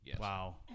Wow